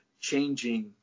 changing